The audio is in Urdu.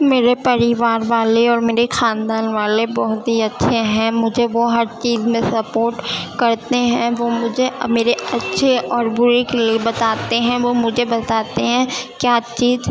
میرے پریوار والے اور میرے خاندان والے بہت ہی اچھے ہیں مجھے بہت ہی سپورٹ کرتے ہیں وہ مجھے میرے اچھے اور برے کے لیے بتاتے ہیں وہ مجھے بتاتے ہیں کیا چیز